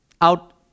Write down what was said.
out